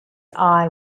eye